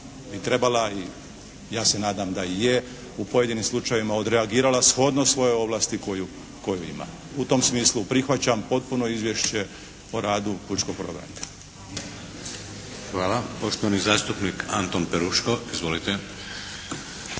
bi trebala i ja se nadam da i je u pojedinim slučajevima odreagirala shodno svojoj ovlasti koju, koju ima. U tom smislu prihvaćam potpuno izvješće o radu pučkog